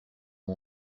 mon